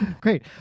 Great